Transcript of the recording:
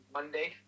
Monday